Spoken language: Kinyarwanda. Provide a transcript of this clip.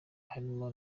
harimo